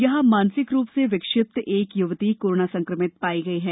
यहां मानसिक रुप से विक्षिप्त एक युवती कोरोना संक्रमित पाई गई है